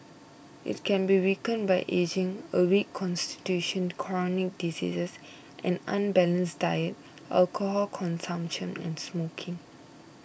it can be weakened by ageing a weak constitution chronic diseases an unbalanced diet alcohol consumption and smoking